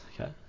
okay